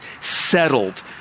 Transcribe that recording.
settled